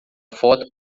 foto